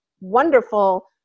wonderful